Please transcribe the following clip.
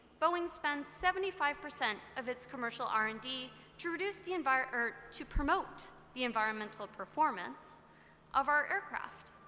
boeing spends seventy five percent of its commercial r and d to reduce the environment or to promote the environmental performance of our aircraft.